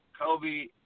Kobe